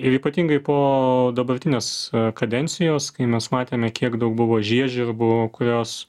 ir ypatingai po dabartinės kadencijos kai mes matėme kiek daug buvo žiežirbų kurios